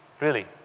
really,